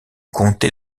comté